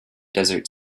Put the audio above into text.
desert